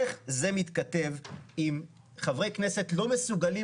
איך זה מתכתב אם חברי כנסת לא מסוגלים